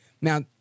Now